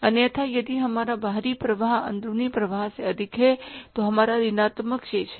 अन्यथा यदि हमारा बाहरी प्रवाह अंदरूनी प्रवाह से अधिक है तो हमारा ऋणात्मक शेष है